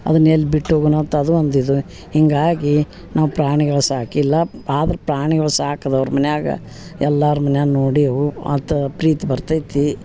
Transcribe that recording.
ಅದನ್ನ ಎಲ್ಲಿ ಬಿಟ್ಟು ಹೋಗಣ ಅಂತ ಅದು ಒಂದು ಇದು ಹೀಗಾಗಿ ನಾವು ಪ್ರಾಣಿಗಳ ಸಾಕಿಲ್ಲ ಆದ್ರ ಪ್ರಾಣಿಗಳ ಸಾಕ್ದವ್ರ ಮನ್ಯಾಗ ಎಲ್ಲಾರ ಮನ್ಯಾರ ನೋಡಿವು ಆತು ಪ್ರೀತಿ ಬರ್ತೈತಿ